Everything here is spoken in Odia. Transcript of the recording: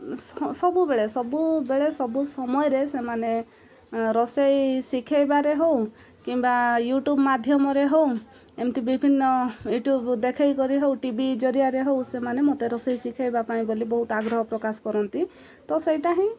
ସବୁବେଳେ ସବୁବେଳେ ସବୁ ସମୟରେ ସେମାନେ ରୋଷେଇ ଶିଖାଇବାରେ ହଉ କିମ୍ବା ୟୁ ଟ୍ୟୁବ୍ ମାଧ୍ୟମରେ ହଉ ଏମିତି ବିଭିନ୍ନ ୟୁ ଟ୍ୟୁବ୍ ଦେଖାଇ କରି ହଉ ଟି ଭି ଜରିଆରେ ହଉ ସେମାନେ ମୋତେ ରୋଷେଇ ଶିଖାଇବା ପାଇଁ ବୋଲି ବହୁତ ଆଗ୍ରହ ପ୍ରକାଶ କରନ୍ତି ତ ସେଇଟା ହିଁ